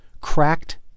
cracked